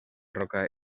roca